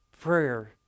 prayer